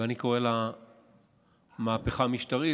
ואני קורא לו "מהפכה משטרית",